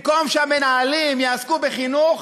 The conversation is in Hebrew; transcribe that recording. במקום שהמנהלים יעסקו בחינוך,